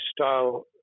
style